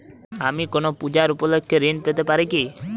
আমি কোনো পূজা উপলক্ষ্যে ঋন পেতে পারি কি?